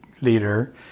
leader